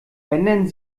ändern